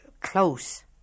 close